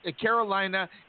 Carolina